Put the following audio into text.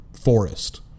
forest